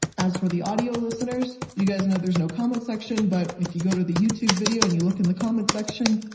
as for the audio listeners, you guys know there's no comment section but if you go to the youtube video, and you look in the comment section,